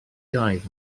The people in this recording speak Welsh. iaith